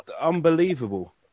unbelievable